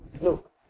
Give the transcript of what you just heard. Look